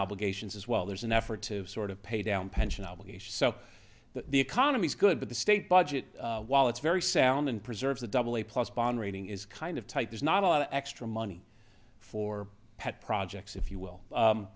obligations as well there's an effort to sort of pay down pension obligations so that the economy's good but the state budget while it's very sound and preserves a double a plus bond rating is kind of tight there's not a lot of extra money for pet projects if you will